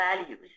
values